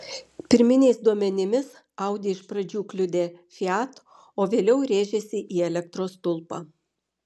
pirminiais duomenimis audi iš pradžių kliudė fiat o vėliau rėžėsi į elektros stulpą